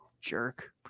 Jerk